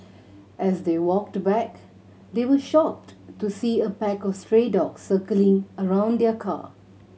as they walked back they were shocked to see a pack of stray dogs circling around their car